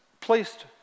placed